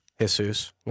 Jesus